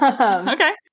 Okay